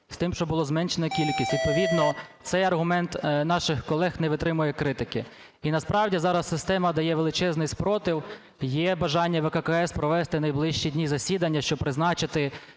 з тим, що була зменшена кількість. Відповідно цей аргумент наших колег не витримує критики. І насправді зараз система дає величезний спротив, є бажання ВККС провести в найближчі дні засідання, щоб призначити